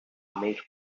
met